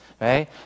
right